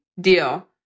deal